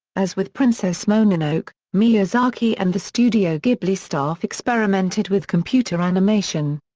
as with princess mononoke, miyazaki and the studio ghibli staff experimented with computer animation.